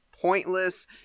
pointless